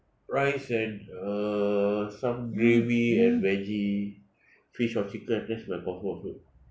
rice and uh some gravy and veggie fish or chicken that's my comfort food